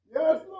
Yes